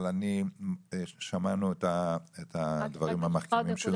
אבל שמענו את הדברים המחכימים שלכם,